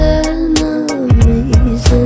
enemies